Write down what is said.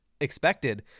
expected